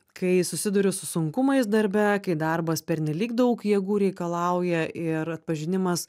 kai susiduriu su sunkumais darbe kai darbas pernelyg daug jėgų reikalauja ir atpažinimas